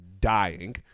dying